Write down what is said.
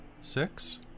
six